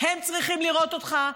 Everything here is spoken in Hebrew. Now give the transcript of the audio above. הם צריכים לראות אותך,